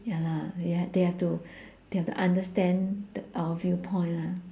ya lah ya they have to they have to understand th~ our viewpoint lah